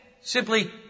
simply